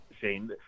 Shane